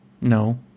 No